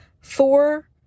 four